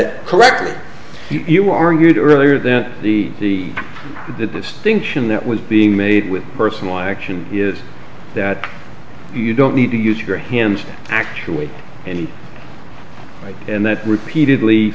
it correctly you argued earlier that the the the distinction that was being made with personal action is that you don't need to use your hands actually and write and that repeatedly